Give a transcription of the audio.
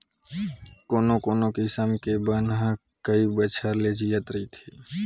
कोनो कोनो किसम के बन ह कइ बछर ले जियत रहिथे